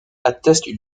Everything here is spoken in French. atteste